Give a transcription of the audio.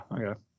Okay